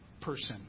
person